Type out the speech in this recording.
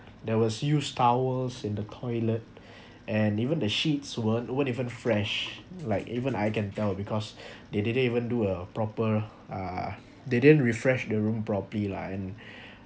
there was used towels in the toilet and even the sheets weren't weren't even fresh like even I can tell because they didn't even do a proper uh they didn't refresh the room properly lah and